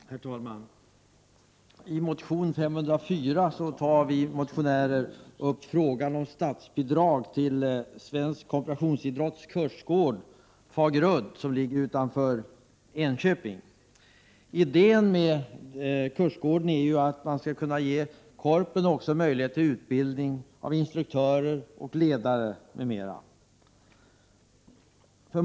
Herr talman! I motion Kr504 tar vi upp frågan om statsbidrag till svensk korporationsidrotts kursgård Fagerudd, som ligger utanför Enköping. Idén med kursgården är att man skall kunna ge Korpen möjlighet till utbildning av instruktörer och ledare m.m.